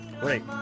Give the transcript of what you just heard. Great